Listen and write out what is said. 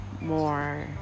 more